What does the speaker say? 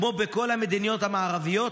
כמו בכל המדינות המערביות,